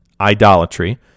idolatry